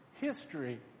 history